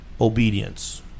obedience